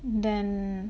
then